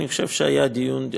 אני חושב שהיה דיון,